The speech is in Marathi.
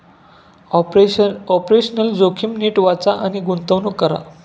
ऑपरेशनल जोखीम नीट वाचा आणि गुंतवणूक करा